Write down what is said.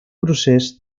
procés